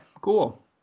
cool